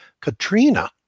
Katrina